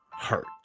hurt